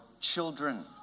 children